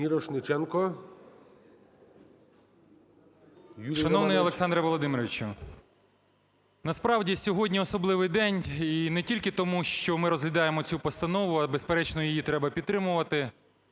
Шановний Олександре Володимировичу! Насправді сьогодні особливий день, і не тільки тому, що ми розглядаємо цю постанову, а безперечно її треба підтримувати.